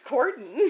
Corden